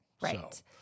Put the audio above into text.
Right